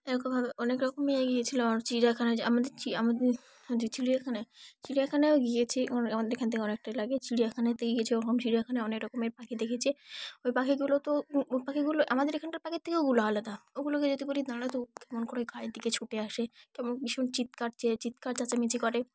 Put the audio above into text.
এরকমভাবে অনেক রকমই আমি গিয়েছিলাম চিড়িয়াখানায় যে আমাদের চি আমাদের যে চিড়িয়াখানায় চিড়িয়াখানায়ও গিয়েছি আমাদের এখান থেকে অনেকটাই লাগে চিড়িয়াখানাতে গিয়েছি ওরকম চিড়িয়াখানায় অনেক রকমের পাখি দেখেছি ওই পাখিগুলো তো ওই পাখিগুলো আমাদের এখানকার পাখির থেকে ওগুলো আলাদা ওগুলোকে যদি বলি দাঁড়া তো কেমন করে গায়ের দিকে ছুটে আসে কেমন ভীষণ চিৎকার চে চিৎকার চেঁচামেচি করে